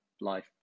life